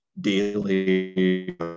daily